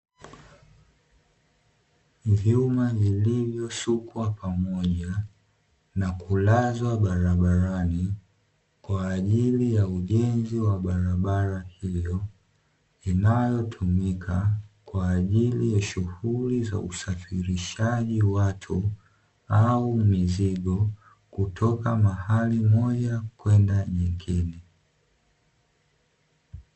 Vyuma vilivyosukwa pamoja na kulazwa barabarani kwa ajili ya ujenzi wa barabara hiyo, inayotumika kwa ajili ya shughuli za usafirishaji watu au mizigo kutoka mahali moja kwenda nyingine.